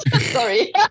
Sorry